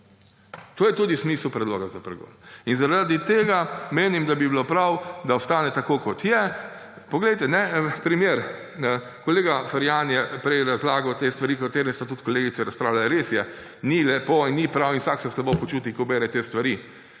to je tudi smisel predloga za pregon. In zaradi tega menim, da bi bilo prav, da ostane tako, kot je. Poglejte primer. Kolega Ferjan je prej razlagal te stvari, o katerih so tudi kolegice razpravljale. Res je, ni lepo in ni prav in vsak se slabo počuti, ko bere te stvari.